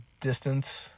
distance